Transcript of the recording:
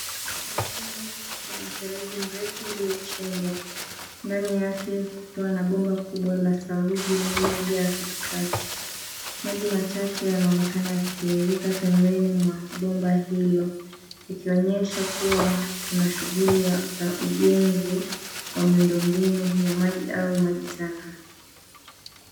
Ardhini kuna mfereji mrefu lililochimbwa ndani yake kukiwa na bomba kubwa la saruji lililojaa katikati. Maji machache yanaonekana yakitiririka pembeni mwa bomba hilo ikionyesha kuwa kuna shughuli ya ujenzi wa miundo mbinu wa maji au maji taka.